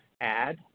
add